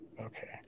Okay